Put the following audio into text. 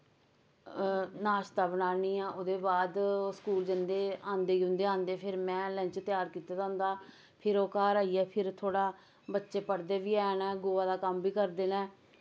नाश्ता बनानी आं ओह्दे बाद ओह् स्कूल जंदे आंदे गी उं'दे आंदे फिर में लंच त्यार कीते दा होंदा फिर ओह् घर आइयै फिर थोह्ड़ा बच्चे पढ़दे वी हैन नै गवा दा कम्म बी करदे नै